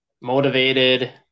motivated